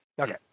Okay